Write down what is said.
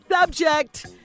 subject